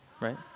right